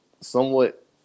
somewhat